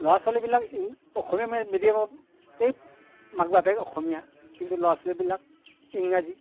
ল'ৰা ছোৱালীবিলাক ইং অসমীয়া মিডিয়ামতেই মাক বাপেক অসমীয়া কিন্তু ল'ৰা ছোৱালীবিলাক ইংৰাজী